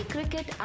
Cricket